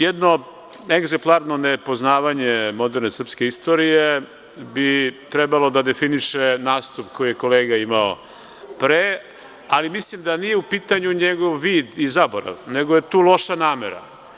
Jedno egzeplantno nepoznavanje moderne srpske istorije bi trebalo da definiše nastup koji je kolega imao pre, ali mislim da nije u pitanju njegov vid i zaborav, nego je tu loša namera.